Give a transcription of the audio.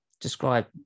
describe